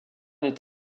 est